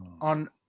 on